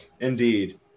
indeed